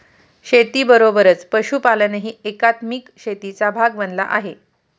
शेतीबरोबरच पशुपालनही एकात्मिक शेतीचा भाग बनला आहे